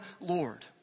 Lord